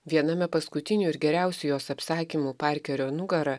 viename paskutinių ir geriausių jos apsakymų parkerio nugara